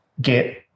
get